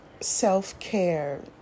self-care